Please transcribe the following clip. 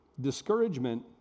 Discouragement